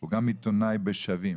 הוא גם עיתונאי ב"שווים".